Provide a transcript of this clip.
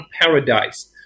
paradise